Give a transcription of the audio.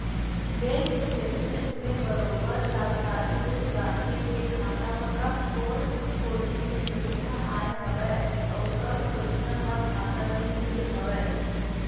bank statement ले बरोबर जानकारी मिल जाथे के खाता म कब कोन कोती ले पइसा आय हवय अउ कब पइसा ह खाता ले निकले हवय